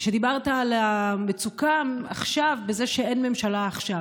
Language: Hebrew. כשדיברת על המצוקה בכך שאין ממשלה עכשיו,